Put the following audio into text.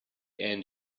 end